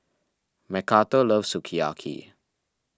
Macarthur loves Sukiyaki